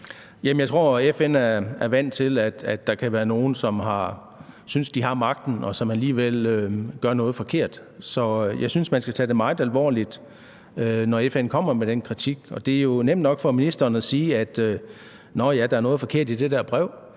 Jeg tror, at FN er vant til, at der kan være nogle, som synes, de har magten, og som alligevel gør noget forkert. Så jeg synes, at man skal tage det meget alvorligt, når FN kommer med den kritik. Det er jo nemt nok for ministeren at sige, at der er noget forkert i det der brev,